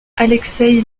alexeï